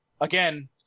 again